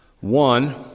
One